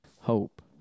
Hope